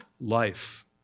life